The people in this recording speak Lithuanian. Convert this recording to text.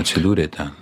atsidūrė ten